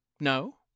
No